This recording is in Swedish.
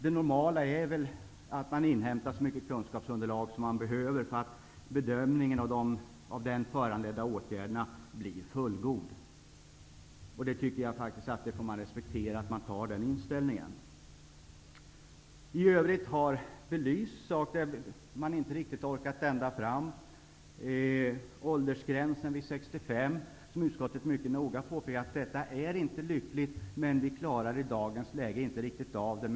Det normala är väl att man inhämtar så mycket kunskapsunderlag som man behöver för att bedömningen skall bli fullgod. De får faktiskt respektera att vi har den inställningen. I övrigt har det belysts saker där man inte riktigt har orkat ända fram. Det gäller t.ex. åldersgränsen vid 65 år där utskottet mycket noga påpekar att detta inte är lyckligt, men att vi i dagens läge inte riktigt klarar av det.